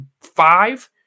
five